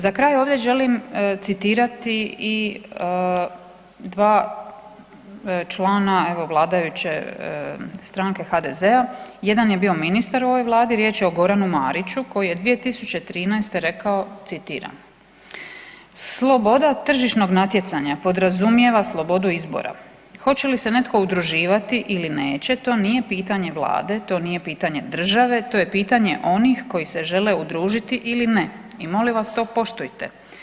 Za kraj ovdje želim citirati i dva člana evo vladajuće stranke HDZ-a, jedan je bio ministar u ovoj vladi, riječ je o Goranu Mariću koji je 2013. rekao citiram: „Sloboda tržišnog natjecanja podrazumijeva slobodu izbora, hoće li se netko udruživati ili neće to nije pitanje vlade, to nije pitanje države, to je pitanje onih koji se žele udružiti ili ne i molim vas to poštujte.